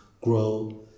grow